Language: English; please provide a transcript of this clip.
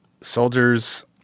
soldiers